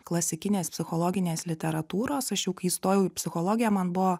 klasikinės psichologinės literatūros aš jau kai įstojau į psichologiją man buvo